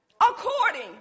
according